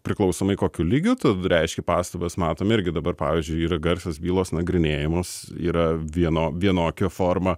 priklausomai kokiu lygiu tu reiški pastabas matom irgi dabar pavyzdžiui yra garsios bylos nagrinėjamos yra vieno vienokia forma